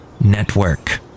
network